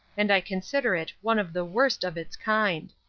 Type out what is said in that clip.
and i consider it one of the worst of its kind.